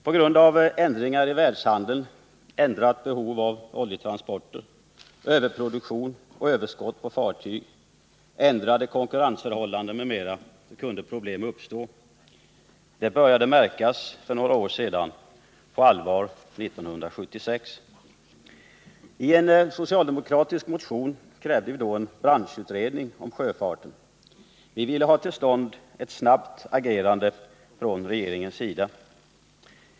På grund av ändringar i världshandeln, ändrat behov av oljetransporter, överproduktion och överskott på fartyg, ändrade konkurrensförhållanden m.m. kunde problem uppstå. Det började märkas för några år sedan — på allvar 1976. I en socialdemokratisk motion krävde vi då en branschutredning om sjöfarten. Vi ville ha till stånd ett snabbt agerande från regeringens sida.